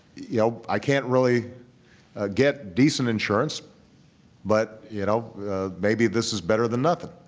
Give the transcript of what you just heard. you know i can't really get decent insurance but you know maybe this is better than nothing.